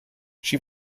she